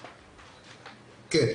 כן.